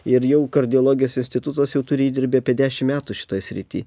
ir jau kardiologijos institutas jau turi įdirbį apie dešim metų šitoj srity